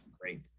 great